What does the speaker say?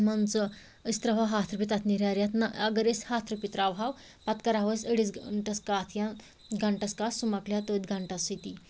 مان ژٕ أسۍ ترٛاوہو ہتھ رۄپیہِ تتھ نیرِہا رٮ۪تھ نَہ اگر أسۍ ہَتھ رۄپیہِ ترٛاوہَو پتہٕ کرہَو أسۍ أڑِس گٲنٛٹس کَتھ یا گھَنٛٹس کَتھ سُہ مکلہِ ہا تٔتھۍ گھَنٛٹس سۭتی